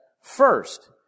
first